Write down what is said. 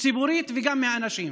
ציבורית וגם מאנשים.